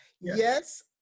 Yes